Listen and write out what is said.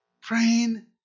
praying